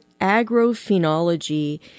agrophenology